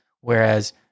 Whereas